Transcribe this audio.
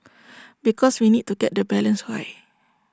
because we need to get the balance right